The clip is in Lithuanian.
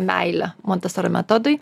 meile montesori metodui